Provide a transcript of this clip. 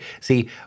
See